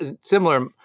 similar